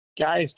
Guys